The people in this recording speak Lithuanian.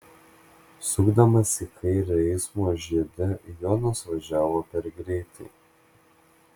sukdamas į kairę eismo žiede jonas važiavo per greitai